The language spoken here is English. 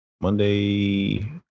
Monday